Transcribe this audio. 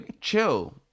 chill